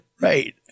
Right